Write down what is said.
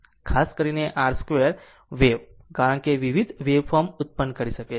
ખાસ કરીને r2 wave કારણ કે વિવિધ વેવ ફોર્મ ઉત્પન્ન કરી શકે છે